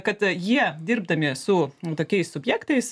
kad jie dirbdami su tokiais subjektais